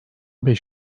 beş